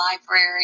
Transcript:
Library